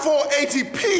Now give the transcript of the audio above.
480p